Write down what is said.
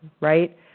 right